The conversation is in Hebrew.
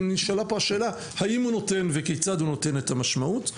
ונשאלה פה השאלה האם הוא נותן וכיצד הוא נותן את המשמעות,